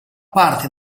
parte